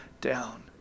down